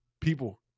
people